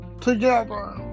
together